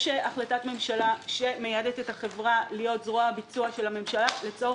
יש החלטת ממשלה שמייעדת את החברה להיות זרוע הביצוע של הממשלה לצורך